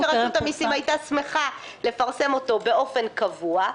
אני מניחה שרשות המסים הייתה שמחה לפרסם אותו באופן קבוע,